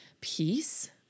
peace